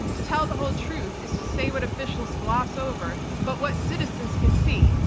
to tell the whole truth is to say what officials gloss over but what citizens can see.